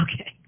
okay